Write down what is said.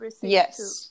yes